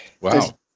Wow